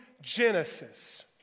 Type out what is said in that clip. Genesis